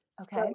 Okay